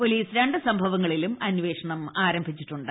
police രണ്ട് സംഭവങ്ങളിലും അന്വേഷണം ആരംഭിച്ചിട്ടു്ണ്ട്